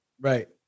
Right